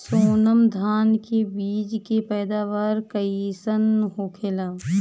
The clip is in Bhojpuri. सोनम धान के बिज के पैदावार कइसन होखेला?